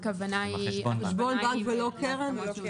חשבון בנק ולא קרן?